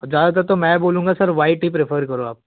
और ज़्यादातर तो मैं बोलूँगा सर वाइट ही प्रिफर करो